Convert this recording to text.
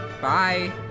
Bye